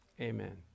Amen